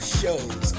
shows